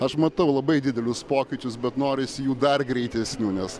aš matau labai didelius pokyčius bet norisi jų dar greitesnių nes